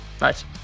Nice